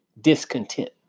discontent